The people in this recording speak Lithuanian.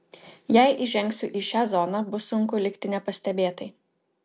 jei įžengsiu į šią zoną bus sunku likti nepastebėtai